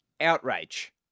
outrage